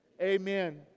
amen